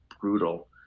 brutal